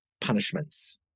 punishments